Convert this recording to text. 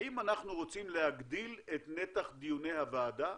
האם אנחנו רוצים להגדיל את נתח דיוני הוועדה